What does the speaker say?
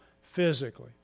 physically